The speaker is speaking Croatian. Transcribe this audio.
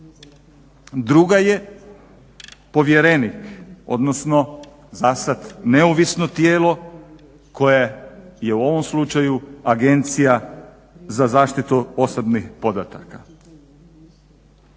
Druga je povjerenik odnosno za sada neovisno tijelo koje je u ovom slučaju Agencija za zaštitu osobnih podataka.